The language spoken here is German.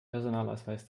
personalausweis